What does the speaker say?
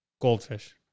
Goldfish